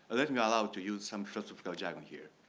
let me allow to use some philosophical jargon here.